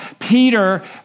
Peter